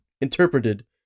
interpreted